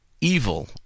evil